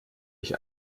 ich